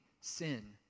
sin